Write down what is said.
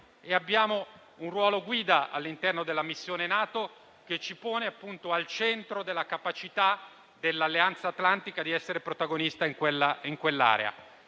Abbiamo un ruolo guida all'interno della missione NATO, che ci pone appunto al centro della capacità dell'Alleanza atlantica di essere protagonista in quell'area.